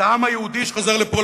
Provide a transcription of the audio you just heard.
זה העם היהודי שחזר לפה,